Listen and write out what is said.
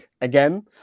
again